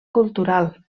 cultural